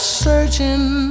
searching